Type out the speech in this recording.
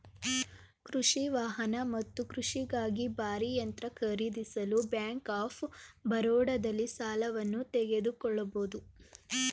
ಕೃಷಿ ವಾಹನ ಮತ್ತು ಕೃಷಿಗಾಗಿ ಭಾರೀ ಯಂತ್ರ ಖರೀದಿಸಲು ಬ್ಯಾಂಕ್ ಆಫ್ ಬರೋಡದಲ್ಲಿ ಸಾಲವನ್ನು ತೆಗೆದುಕೊಳ್ಬೋದು